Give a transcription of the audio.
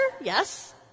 Yes